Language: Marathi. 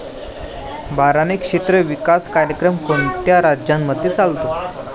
बारानी क्षेत्र विकास कार्यक्रम कोणत्या राज्यांमध्ये चालतो?